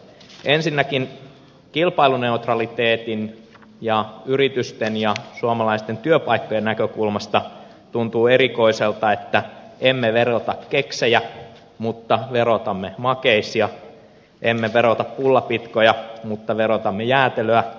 ensinnäkin kilpailuneutraliteetin ja yritysten ja suomalaisten työpaikkojen näkökulmasta tuntuu erikoiselta että emme verota keksejä mutta verotamme makeisia emme verota pullapitkoja mutta verotamme jäätelöä